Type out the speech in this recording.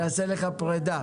נעשה לך פרידה.